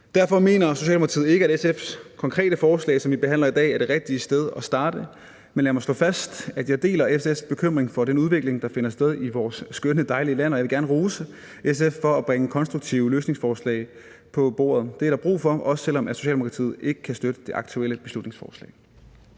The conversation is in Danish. Derfor mener Socialdemokratiet ikke, at SF's konkrete forslag, som vi behandler i dag, er det rigtige sted at starte, men lad mig slå fast, at jeg deler SF's bekymring for den udvikling, der finder sted i vores skønne, dejlige land, og jeg vil gerne rose SF for at bringe konstruktive løsningsforslag på bordet. Det er der brug for, også selv om Socialdemokratiet ikke kan støtte det aktuelle beslutningsforslag.